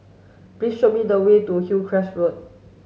please show me the way to Hillcrest Road